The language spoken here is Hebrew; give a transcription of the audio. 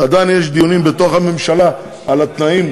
ועדיין יש דיונים בתוך הממשלה על התנאים,